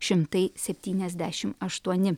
šimtai septyniasdešim aštuoni